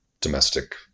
domestic